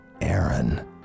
Aaron